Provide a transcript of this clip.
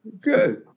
good